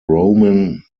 roman